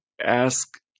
ask